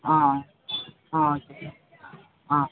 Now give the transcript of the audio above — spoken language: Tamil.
ஆ ஆ ஓகே ஆ